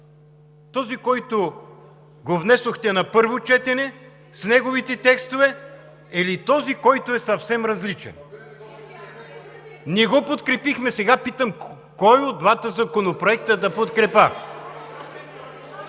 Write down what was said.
Този, който внесохте на първо четене, с неговите текстове или този, който е съвсем различен? (Шум и реплики.) Не го подкрепихме. Сега питам: кой от двата законопроекта да подкрепя?